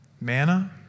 manna